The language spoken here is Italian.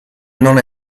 non